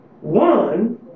one